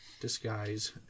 disguise